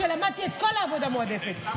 למדתי את כל העבודה המועדפת.